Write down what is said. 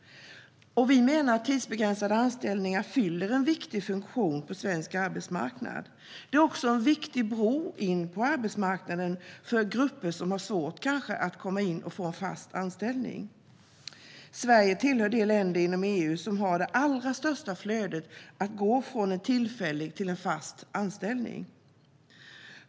Vi menar att tidsbegränsade anställningar fyller en viktig funktion på svensk arbetsmarknad. Det är också en viktig bro in på arbetsmarknaden för grupper som kan ha svårt att få fast anställning. Sverige tillhör de länder inom EU som har det allra största flödet att gå från en tillfällig till en fast anställning.